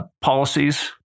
policies